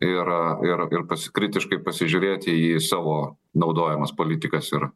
ir ir ir pasi kritiškai pasižiūrėti į savo naudojamas politikas ir